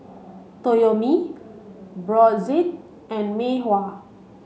Toyomi Brotzeit and Mei Hua